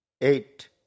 eight